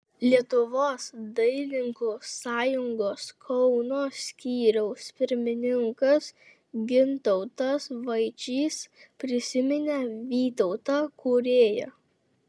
lietuvos dailininkų sąjungos kauno skyriaus pirmininkas gintautas vaičys prisiminė vytautą kūrėją